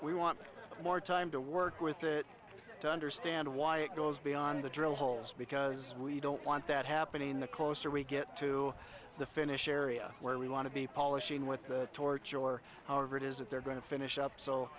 we want more time to work with it to understand why it goes beyond the drill holes because we don't want that happening the closer we get to the finish area where we want to be polishing with the torch or however it is that they're going to finish up so